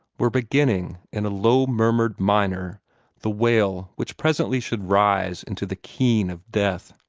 were beginning in a low-murmured minor the wail which presently should rise into the keen of death.